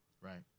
Right